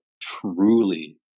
truly